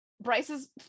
Bryce's